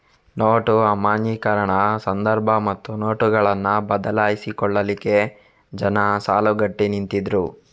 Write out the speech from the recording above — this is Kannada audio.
ನೋಟು ಅಮಾನ್ಯೀಕರಣ ಸಂದರ್ಭ ತಮ್ಮ ನೋಟುಗಳನ್ನ ಬದಲಾಯಿಸಿಕೊಳ್ಲಿಕ್ಕೆ ಜನ ಸಾಲುಗಟ್ಟಿ ನಿಂತಿದ್ರು